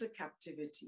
captivity